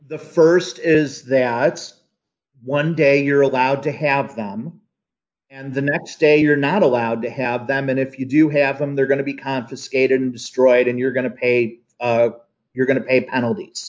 the st is that it's one day you're allowed to have them and the next day you're not allowed to have them and if you do have them they're going to be confiscated and destroyed and you're going to pay you're going to pay a penalt